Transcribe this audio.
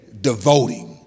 devoting